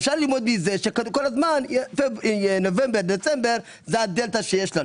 אפשר ללמוד מזה שנובמבר-דצמבר זה הדלתא שיש לנו